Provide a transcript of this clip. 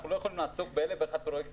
אנחנו לא יכולים לעסוק באלף ואחד פרויקטים